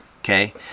Okay